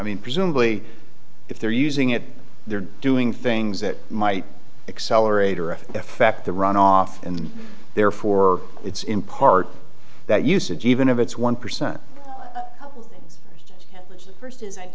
mean presumably if they're using it they're doing things that might accelerate or after the fact the run off and therefore it's in part that usage even if it's one percent which first as i